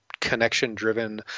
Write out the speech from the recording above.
connection-driven